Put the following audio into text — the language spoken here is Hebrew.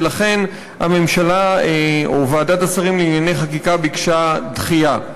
ולכן הממשלה או ועדת השרים לענייני חקיקה ביקשה דחייה.